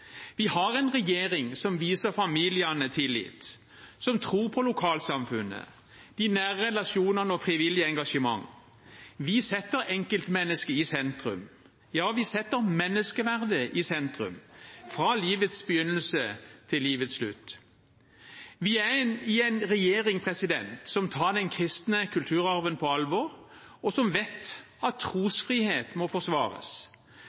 Vi har en regjering som viser familiene tillit, som tror på lokalsamfunnet, de nære relasjonene og frivillig engasjement. Vi setter enkeltmennesket i sentrum, ja, vi setter menneskeverdet i sentrum, fra livets begynnelse til livets slutt. Vi er i en regjering som tar den kristne kulturarven på alvor, og som vet at trosfrihet må forsvares.